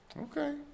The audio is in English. Okay